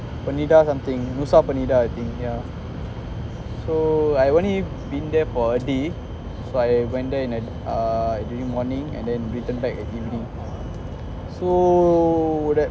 pernida something nusa pernida I think yeah so I've only been there for a day but I went there in like uh during morning and I came back at evening so that